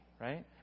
right